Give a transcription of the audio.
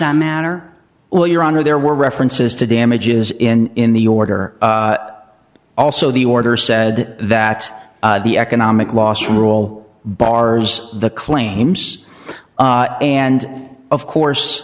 that matter well your honor there were references to damages in in the order also the order said that the economic loss rule bars the claims and of course